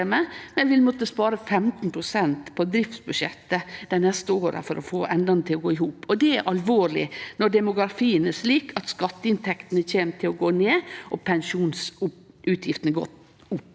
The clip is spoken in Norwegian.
men vil måtte spare 15 pst. på driftsbudsjettet dei neste åra for å få endane til å gå i hop. Det er alvorleg når demografien er slik at skatteinntektene kjem til å gå ned og pensjonsutgiftene opp.